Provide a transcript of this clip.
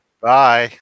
Bye